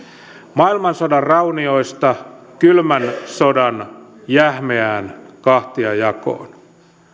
maailmansodan raunioista kylmän sodan jähmeään kahtiajakoon